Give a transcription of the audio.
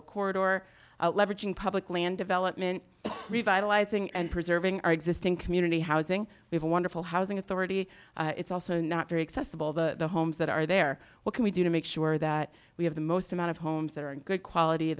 leveraging public land development revitalizing and preserving our existing community housing we have a wonderful housing authority it's also not very accessible the homes that are there what can we do to make sure that we have the most amount of homes that are in good quality